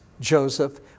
Joseph